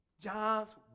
john's